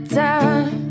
time